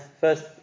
first